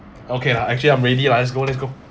okay lah actually I'm ready lah let's go let's go